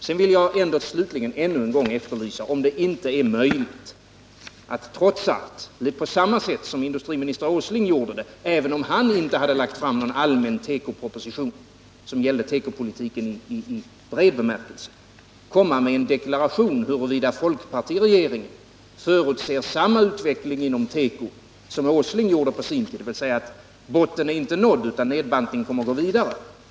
Slutligen vill jag ännu en gång efterlysa om det inte trots allt är möjligt att, på samma sätt som industriminister Åsling gjorde — även om han inte lade fram någon allmän tekoproposition som gällde tekopolitiken i bred bemärkelse — komma med en deklaration om huruvida folkpartiregeringen förutser samma utveckling inom teko som vad industriminister Åsling gjorde på sin tid. Botten skulle alltså inte vara nådd, utan nedbantningen kommer att gå vidare.